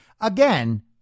Again